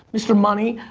mister money.